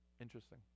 interesting